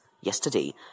yesterday